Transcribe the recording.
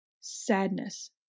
sadness